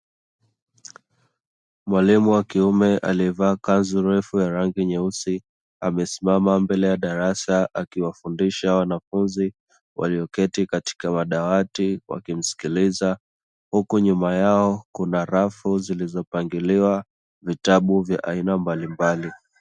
Mwalimu wa kiume aliyevaa kanzu refu ya rangi nyeusi, amesimama mbele ya darasa; akiwafundisha wanafunzi walioketi katika madawati wakimsikiliza, huku nyuma yao kuna rafu zilizopangiliwa vitabu vya aina mbalimbali.